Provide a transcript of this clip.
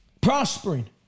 prospering